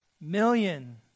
million